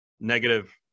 negative